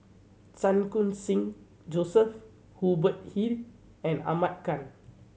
Chan Khun Sing Joseph Hubert Hill and Ahmad Khan